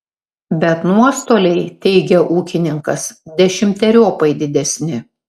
bet nuostoliai teigia ūkininkas dešimteriopai didesni